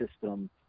system